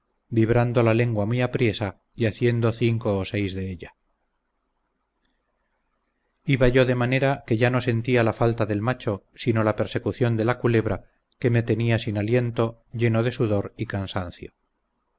vibrando la lengua muy apriesa y haciendo cinco o seis de ella iba yo de manera que ya no sentía la falta del macho sino la persecución de la culebra que me tenía sin aliento lleno de sudor y cansancio